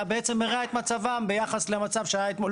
אתה בעצם מרע את מצבם ביחס למצב שהיה אתמול.